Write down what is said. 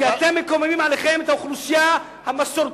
כי אתם מקוממים עליכם את האוכלוסייה המסורתית,